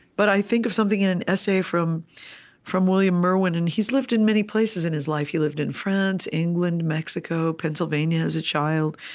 but i think of something in an essay from from william merwin. and he's lived in many places in his life. he lived in france, england, mexico, pennsylvania as a child.